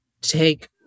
take